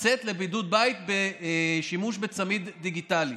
לצאת לבידוד בית בשימוש בצמיד דיגיטלי.